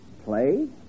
play